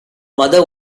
mother